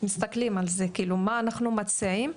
אנחנו מציעים: